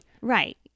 Right